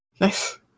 Nice